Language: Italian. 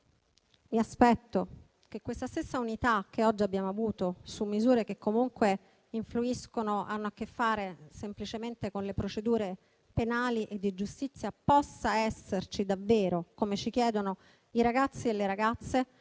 Mi aspetto che questa stessa unità che oggi abbiamo avuto su misure che comunque influiscono e hanno a che fare semplicemente con le procedure penali e di giustizia, possa esserci davvero, come ci chiedono i ragazzi e le ragazze,